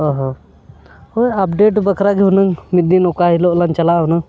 ᱚᱻ ᱦᱚᱸ ᱦᱳᱭ ᱟᱯᱰᱮᱴ ᱵᱟᱠᱷᱨᱟ ᱜᱮ ᱦᱩᱱᱟᱹᱝ ᱢᱤᱫ ᱫᱤᱱ ᱚᱠᱟ ᱦᱤᱞᱳᱜ ᱞᱟᱝ ᱪᱟᱞᱟᱜ ᱦᱩᱱᱟᱹᱝ